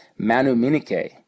manuminike